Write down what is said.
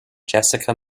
jessica